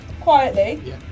quietly